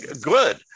good